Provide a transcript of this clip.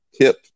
tip